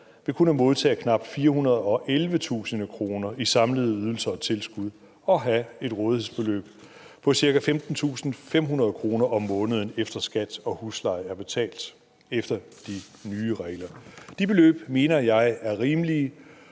vil kunne modtage knap 411.000 kr. i samlede ydelser og tilskud og have et rådighedsbeløb på ca. 15.500 kr. om måneden, efter at skat og husleje er betalt efter de nye regler. De beløb mener jeg er rimelige,